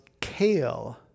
kale